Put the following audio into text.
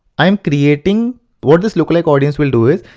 i am creating what this lookalike audience will do is,